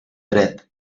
dret